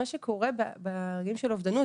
מה שקורה בגיל של אובדנות,